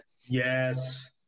Yes